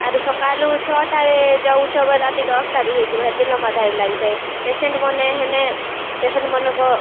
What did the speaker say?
ଆରୁ ସକାଳୁ ଛଅଟାରେ ଯାଉଛ ବେଲେ ରାତି ଦଶ୍ଟା ବି ହେଇଯିବା ସେତେ ଲମ୍ବା ଧାଡ଼ି ଲାଗିଥାଏ ପେସେଣ୍ଟ୍ମାନେ ହେନ୍ତେଇ ପେସେଣ୍ଟ୍ମାନ୍ଙ୍କର୍